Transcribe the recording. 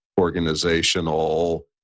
organizational